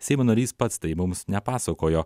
seimo narys pats tai mums nepasakojo